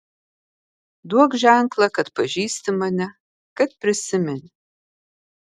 duok ženklą kad pažįsti mane kad prisimeni